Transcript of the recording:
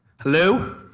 Hello